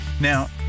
Now